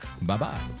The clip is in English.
Bye-bye